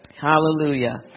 Hallelujah